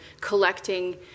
collecting